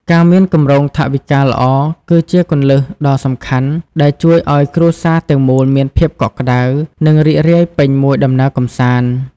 ការមានគម្រោងថវិកាដ៏ល្អ គឺជាគន្លឹះដ៏សំខាន់ដែលជួយឱ្យគ្រួសារទាំងមូលមានភាពកក់ក្តៅ និងរីករាយពេញមួយដំណើរកម្សាន្ត។